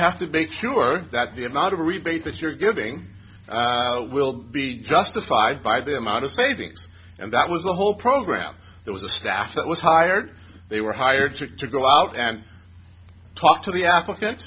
have to make sure that the amount of a rebate that you're giving will be justified by the amount of savings and that was the whole program there was a staff that was hired they were hired to go out and talk to the applican